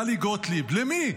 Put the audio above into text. טלי גוטליב, למי?